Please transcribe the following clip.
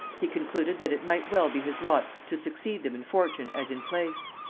he concluded that it might well be his lot to succeed them in fortune as in place.